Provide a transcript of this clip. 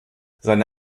seine